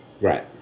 Right